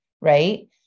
right